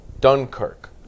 Dunkirk